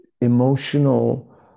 emotional